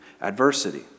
adversity